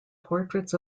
portraits